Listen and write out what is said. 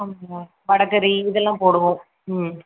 ஆமாங்க வடைகறி இதெல்லாம் போடுவோம் ம்